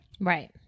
Right